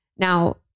Now